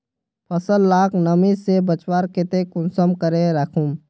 फसल लाक नमी से बचवार केते कुंसम करे राखुम?